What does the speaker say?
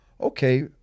okay